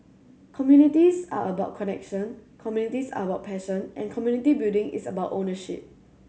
communities are about connection communities are about passion and community building is about ownership